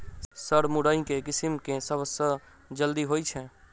Sir मुरई केँ किसिम केँ सबसँ जल्दी होइ छै?